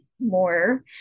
more